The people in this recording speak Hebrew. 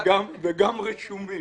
וגם רשומים.